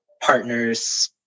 partner's